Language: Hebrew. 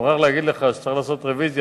אני מוכרח לומר לך שצריך לעשות רוויזיה.